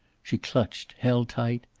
she clutched, held tight.